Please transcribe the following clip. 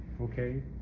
okay